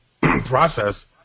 process